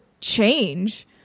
change